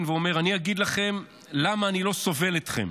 ואומר: "אני אגיד לכם למה אני לא סובל אתכם,